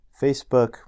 Facebook